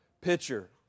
pitcher